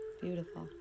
Beautiful